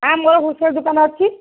ହଁ ମୋର ହୋଲ୍ସେଲ୍ ଦୋକାନ ଅଛି